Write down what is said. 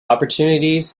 opportunities